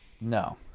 No